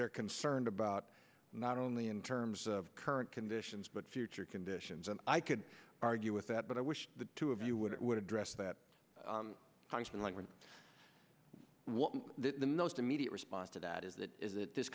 they're concerned about not only in terms of current conditions but future conditions and i could argue with that but i wish the two of you would it would address that has been like what the most immediate response to that is that this